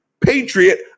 patriot